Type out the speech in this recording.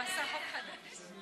הוא עשה חוק חדש.